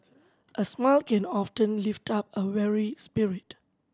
a smile can often lift up a weary spirit